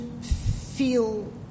feel